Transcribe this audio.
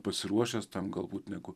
pasiruošęs tam galbūt negu